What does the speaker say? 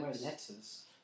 letters